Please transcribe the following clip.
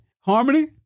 Harmony